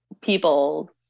people